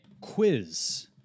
Quiz